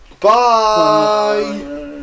Bye